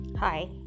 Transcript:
hi